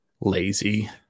Lazy